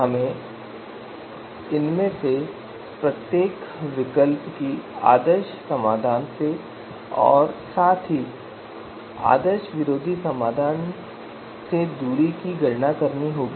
हमें इनमें से प्रत्येक विकल्प की आदर्श समाधान से और साथ ही आदर्श विरोधी समाधान से दूरी की गणना करनी होगी